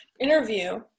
interview